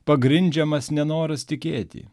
pagrindžiamas nenoras tikėti